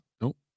Nope